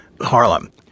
Harlem